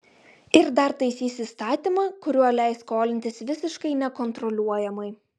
ir dar taisys įstatymą kuriuo leis skolintis visiškai nekontroliuojamai